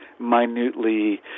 minutely